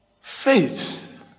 faith